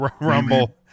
Rumble